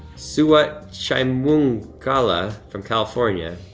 suah but chi-wun-gala from california.